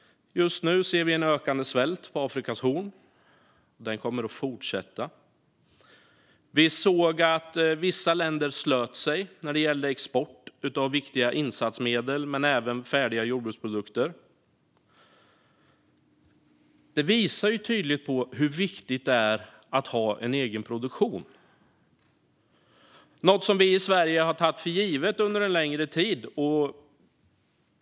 Jo, ökande svält på Afrikas horn - och den kommer att fortsätta - och att vissa länder slutit sig när det gäller export av viktiga insatsmedel och även färdiga jordbruksprodukter. Detta visar tydligt hur viktigt det är att ha en egen produktion. Sverige har tagit tillgången för given under en längre tid.